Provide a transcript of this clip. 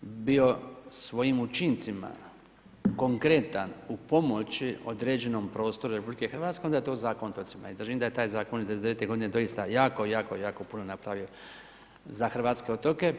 bio svojim učincima konkretan u pomoći određenom prostoru RH onda je to Zakon o otocima i držim da je taj Zakon iz 1999. godine doista jako, jako, jako puno napravio za hrvatske otoke.